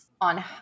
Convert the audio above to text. on